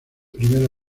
primer